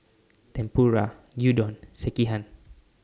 Tempura Gyudon and Sekihan